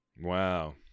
Wow